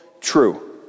true